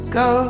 go